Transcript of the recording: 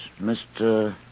Mr